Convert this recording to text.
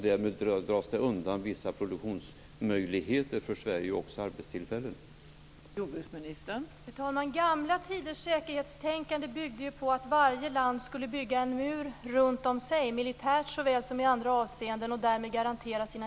Därmed dras vissa produktionsmöjligheter och arbetstillfällen undan i Sverige.